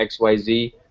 XYZ